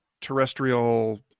terrestrial